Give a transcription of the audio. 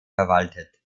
verwaltet